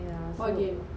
yeah so